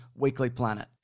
weeklyplanet